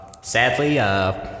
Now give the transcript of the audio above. Sadly